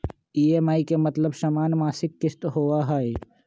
EMI के मतलब समान मासिक किस्त होहई?